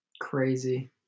Crazy